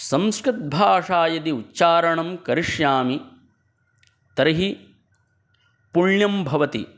संस्कृतभाषया यदि उच्चारणं करिष्यामि तर्हि पुण्यं भवति